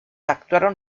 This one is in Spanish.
actuaron